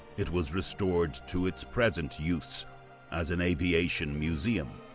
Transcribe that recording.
it was restored to its present use as an aviation museum,